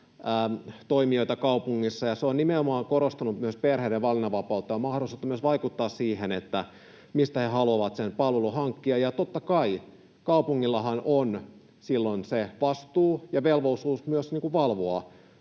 toimijoita kaupungissa, ja se on nimenomaan korostanut myös perheiden valinnanvapautta ja mahdollisuutta myös vaikuttaa siihen, mistä he haluavat sen palvelun hankkia. Ja totta kai, kaupungillahan on silloin se vastuu ja velvollisuus myös valvoa